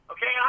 Okay